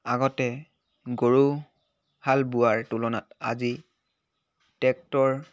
আগতে গৰু হাল বোৱাৰ তুলনাত আজি টেক্টৰ